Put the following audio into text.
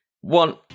one